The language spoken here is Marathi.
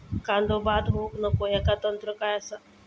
कांदो बाद होऊक नको ह्याका तंत्र काय असा?